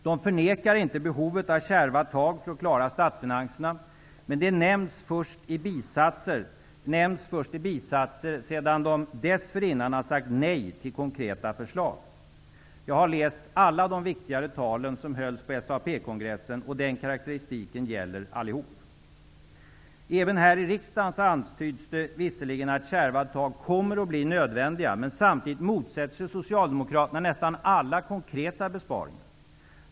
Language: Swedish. De förnekar inte behovet av kärva tag för att klara statsfinanserna, men det nämns först i bisatser sedan de dessförinnan har sagt nej till konkreta förslag. Jag har läst alla de viktigare tal som hölls på SAP-kongressen. Denna karakteristik gäller allihop. Även här i riksdagen antyds det visserligen att kärva tag kommer att bli nödvändiga, men samtidigt motsätter sig Socialdemokraterna nästan alla konkreta besparingar.